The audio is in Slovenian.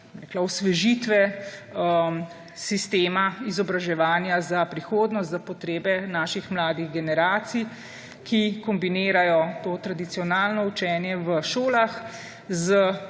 osvežitve sistema izobraževanja za prihodnost, za potrebe naših mladih generacij, ki kombinirajo to tradicionalno učenje v šolah z